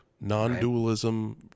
non-dualism